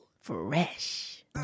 fresh